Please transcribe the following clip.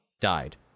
died